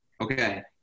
Okay